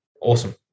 awesome